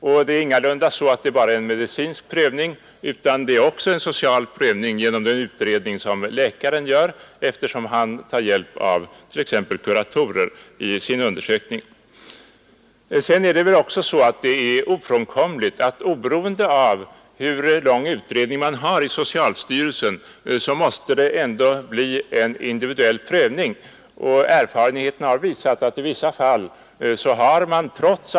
Det gäller ingalunda bara en medicinsk prövning utan också en social, eftersom läkaren vid sin utredning tar hjälp av t.ex. kuratorer. Oberoende av hur lång tid utredningen i socialstyrelsen tar, är det ofrånkomligt med en individuell prövning. Erfarenheten har visat att man i vissa fall har fått bakslag.